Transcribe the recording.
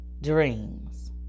dreams